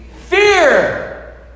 Fear